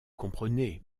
comprenez